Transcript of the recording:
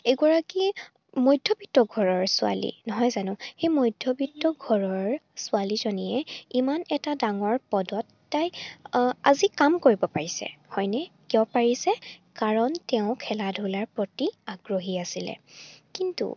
এগৰাকী মধ্যবিত্ত ঘৰৰ ছোৱালী নহয় জানো সেই মধ্যবিত্ত ঘৰৰ ছোৱালীজনীয়ে ইমান এটা ডাঙৰ পদত তাই আজি কাম কৰিব পাৰিছে হয়নে কিয় পাৰিছে কাৰণ তেওঁ খেলা ধূলাৰ প্ৰতি আগ্ৰহী আছিলে কিন্তু